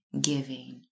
giving